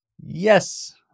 Yes